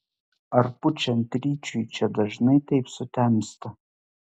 ar pučiant ryčiui čia dažnai taip sutemsta